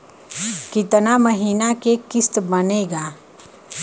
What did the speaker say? कितना महीना के किस्त बनेगा?